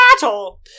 battle